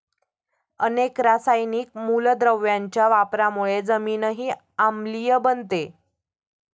अनेक रासायनिक मूलद्रव्यांच्या वापरामुळे जमीनही आम्लीय बनते